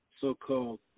so-called